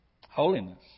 holiness